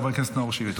חבר הכנסת נאור שירי.